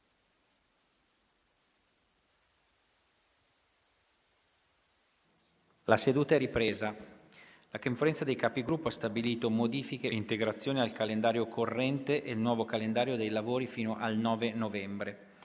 una nuova finestra"). La Conferenza dei Capigruppo ha stabilito modifiche e integrazioni al calendario corrente e il nuovo calendario dei lavori fino al 9 novembre.